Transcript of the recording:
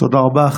תודה רבה.